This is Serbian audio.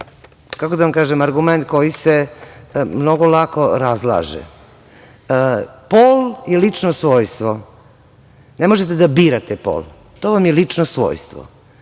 u Ustavu, je argument koji se mnogo lako razlaže. Pol je lično svojstvo. Ne možete da birate pol. To vam je lično svojstvo.